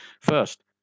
First